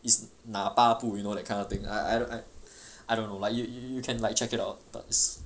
it's 哪八部 you know that kind of thing I I I I don't know lah like you you can like check it out but it's